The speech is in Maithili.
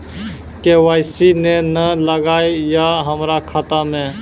के.वाई.सी ने न लागल या हमरा खाता मैं?